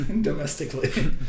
domestically